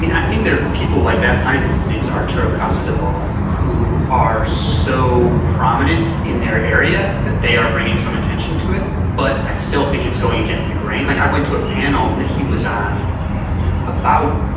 i think there are people like that. scientist name is arturo casadevall who are so prominent in their area that they are bringing some attention to it, but i still think it's going against the grain. like i went to a panel that he was on about,